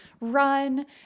run